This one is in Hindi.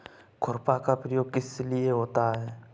खुरपा का प्रयोग किस लिए होता है?